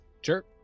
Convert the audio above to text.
Sure